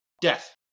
Death